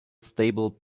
stable